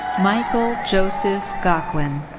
michael joseph goclon.